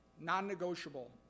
Non-negotiable